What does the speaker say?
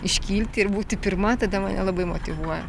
iškilti ir būti pirma tada mane labai motyvuoja